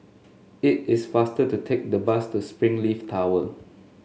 it is faster to take the bus to Springleaf Tower